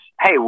hey